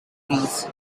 trees